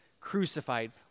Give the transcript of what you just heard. crucified